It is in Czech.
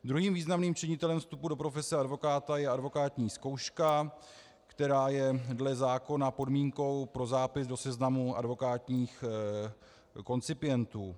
Druhým významným činitelem vstupu do profese advokáta je advokátní zkouška, která je dle zákona podmínkou pro zápis do seznamu advokátních koncipientů.